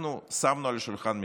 אנחנו שמנו על השולחן מתווה,